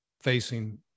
facing